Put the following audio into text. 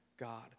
God